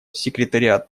секретариат